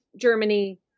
Germany